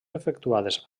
efectuades